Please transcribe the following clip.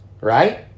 right